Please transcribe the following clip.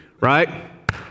right